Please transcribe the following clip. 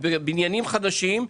ובניינים חדשים,